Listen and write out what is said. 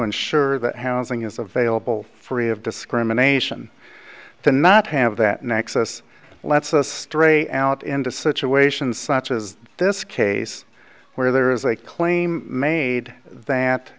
ensure that housing is available free of discrimination to not have that nexus lets us stray out into situations such as this case where there is a claim made that